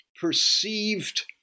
perceived